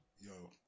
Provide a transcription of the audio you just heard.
yo